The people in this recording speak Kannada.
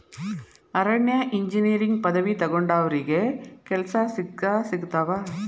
ಅರಣ್ಯ ಇಂಜಿನಿಯರಿಂಗ್ ಪದವಿ ತೊಗೊಂಡಾವ್ರಿಗೆ ಕೆಲ್ಸಾ ಸಿಕ್ಕಸಿಗತಾವ